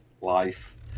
life